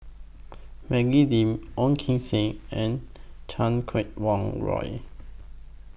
Maggie Lim Ong Kim Seng and Chan Kum Wah Roy